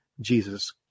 Jesus